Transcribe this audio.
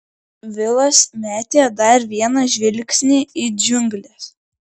vilas metė dar vieną žvilgsnį į džiungles